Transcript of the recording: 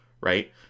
right